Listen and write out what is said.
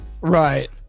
Right